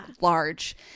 large